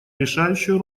решающую